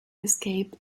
escape